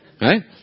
Right